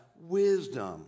wisdom